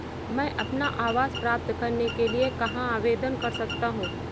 मैं अपना आवास प्राप्त करने के लिए कहाँ आवेदन कर सकता हूँ?